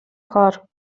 کار